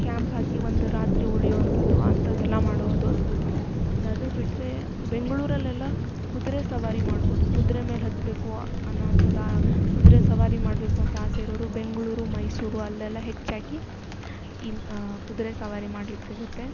camp ಹಾಕಿ ಒಂದು ರಾತ್ರಿ ಉಳಿಯುವಂಥದ್ದು ಅಂಥದೆಲ್ಲ ಮಾಡುವುದು ಇನ್ನು ಅದು ಬಿಟ್ಟರೆ ಬೆಂಗಳೂರಲ್ಲೆಲ್ಲ ಕುದುರೆ ಸವಾರಿ ಮಾಡ್ಬೋದು ಕುದುರೆ ಮೇಲೆ ಹತ್ಬೇಕು ಅನ್ನೋವಂಥದ್ದು ಆ ಕುದುರೆ ಸವಾರಿ ಮಾಡ್ಬೇಕು ಅಂತ ಆಸೆ ಇರೋರು ಬೆಂಗಳೂರು ಮೈಸೂರು ಅಲ್ಲೆಲ್ಲ ಹೆಚ್ಚಾಗಿ ಈ ಕುದುರೆ ಸವಾರಿ ಮಾಡ್ಲಿಕ್ಕೆ ಸಿಗುತ್ತೆ